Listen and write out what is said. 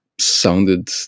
sounded